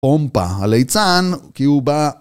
פומפה הליצן כי הוא בא.